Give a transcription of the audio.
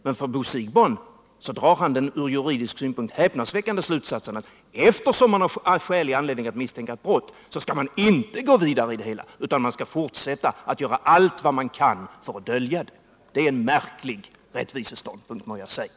Men Bo Siegbahn drar den från juridisk synpunkt häpnadsväckande slutsatsen, att eftersom man har skälig anledning att misstänka ett brott så skall man inte gå vidare i frågan, utan man skall i stället fortsätta att göra allt vad man kan för att dölja det. Det är en märklig rättviseståndpunkt, må jag säga!